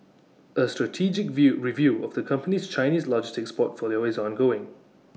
A strategic view review of the company's Chinese logistics portfolio is ongoing